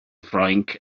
ffrainc